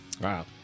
Wow